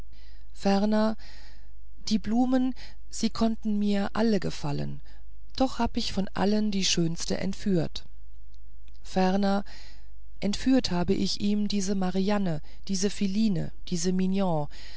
ferner die blumen sie konnten mir alle gefallen doch hab ich von allen die schönste entführt ferner entführt habe ich ihm diese marianne diese philine diese mignon